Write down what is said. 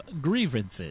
grievances